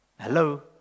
Hello